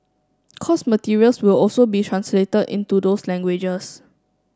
course materials will also be translated into those languages